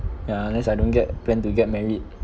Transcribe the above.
ya unless I don't get plan to get married